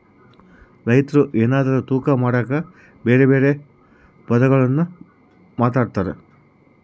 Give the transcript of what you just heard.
ರೈತ್ರು ಎನಾರ ತೂಕ ಮಾಡಕ ಬೆರೆ ಬೆರೆ ಪದಗುಳ್ನ ಮಾತಾಡ್ತಾರಾ